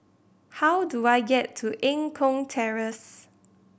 how do I get to Eng Kong Terrace